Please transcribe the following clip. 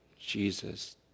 Jesus